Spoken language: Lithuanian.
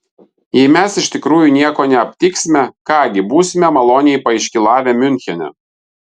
jei mes iš tikrųjų nieko neaptiksime ką gi būsime maloniai paiškylavę miunchene